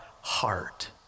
heart